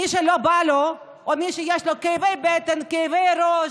מי שלא בא לו או מי שיש לו כאבי בטן, כאבי ראש,